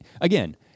Again